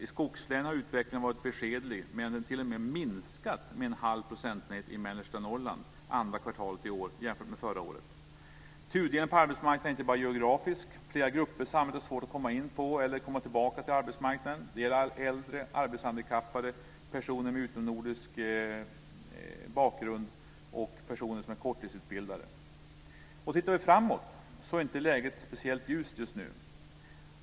I skogslänen har utvecklingen varit beskedlig, medan sysselsättningen t.o.m. minskat med en halv procentenhet i mellersta Norrland under andra kvartalet i år jämfört med förra året. Tudelningen på arbetsmarknaden är inte bara geografisk utan flera grupper i samhället har svårt att komma in på eller komma tillbaka till arbetsmarknaden. Det gäller äldre, arbetshandikappade, personer med utomnordisk bakgrund och personer som är korttidsutbildade. Om vi tittar framåt ser inte läget speciellt ljust ut just nu.